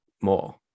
more